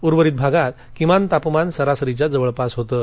उर्वरित भागात किमान तापमान सरासरीच्या जवळपास होतं